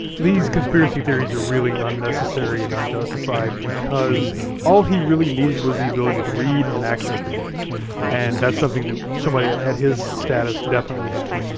these conspiracy theories are really unnecessary and unjustified because all he really needed was the ability to read and access to books and that's something that somebody at at his status definitely had.